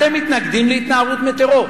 אתם מתנגדים להתנערות מטרור?